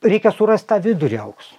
reikia surast tą vidurį aukso